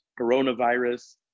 coronavirus